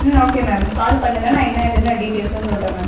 ம் okay ma'am call பண்ணுங்கள் நான் என்ன ஏதுன்னு டீட்டைல்ஸாக சொல்கிறேன் மேம்